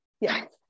yes